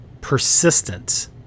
persistent